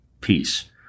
peace